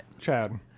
Chad